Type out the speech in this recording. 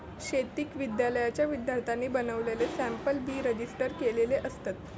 शेतकी विद्यालयाच्या विद्यार्थ्यांनी बनवलेले सॅम्पल बी रजिस्टर केलेले असतत